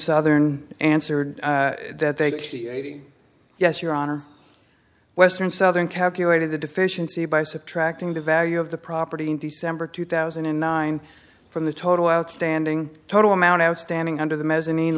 southern answered yes your honor western southern calculated the deficiency by subtracting the value of the property in december two thousand and nine from the total outstanding total amount outstanding under the mezzanine